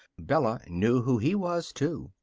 bella knew who he was, too.